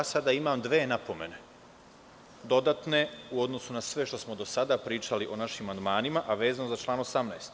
Sada imam dve napomene, dodatne u odnosu na sve što smo do sada pričali o našim amandmanima, a vezano za član 18.